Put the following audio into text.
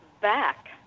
back